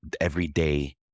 everyday